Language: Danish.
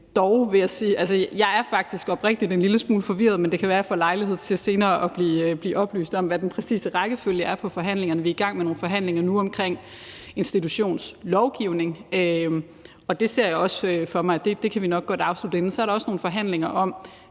er en lille smule forvirret, men det kan være, at jeg får lejlighed til senere at blive oplyst om, hvad den præcise rækkefølge i forhandlingerne er. Vi er i gang med nogle forhandlinger nu om institutionslovgivning, og dem ser jeg også for mig at vi nok godt kan afslutte inden.